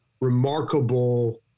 remarkable